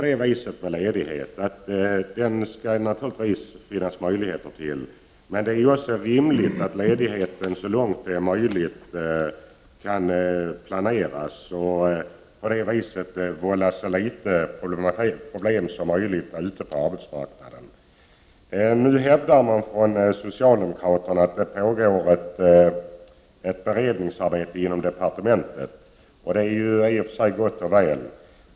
Naturligtvis skall det finnas möjlighet att vara ledig, men det är också rimligt att ledigheten så långt möjligt kan planeras och därmed vålla så litet problem som möjligt på arbetsmarknaden. Nu hävdar socialdemokraterna att det pågår ett beredningsarbete inom departementet, och det är ju i och för sig gott och väl.